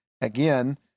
again